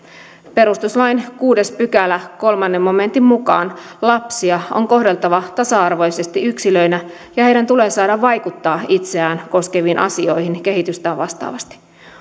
perustuslain kuudennen pykälän kolmannen momentin mukaan lapsia on kohdeltava tasa arvoisesti yksilöinä ja heidän tulee saada vaikuttaa itseään koskeviin asioihin kehitystään vastaavasti